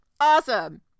awesome